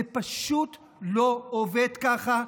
זה פשוט לא עובד כך,